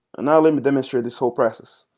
and now let me demonstrate this whole process.